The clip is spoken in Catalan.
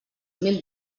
mil